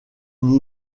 une